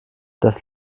das